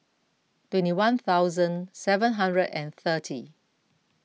twenty one thousand seven hundred and thirty